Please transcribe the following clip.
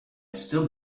still